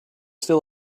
still